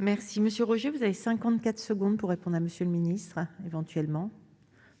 La parole est à Mme Michelle Gréaume, auteure de la question